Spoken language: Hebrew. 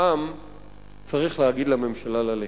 העם צריך להגיד לממשלה ללכת.